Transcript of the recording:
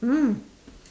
mm